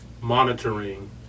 monitoring